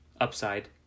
upside